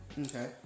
Okay